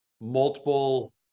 multiple